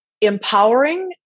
empowering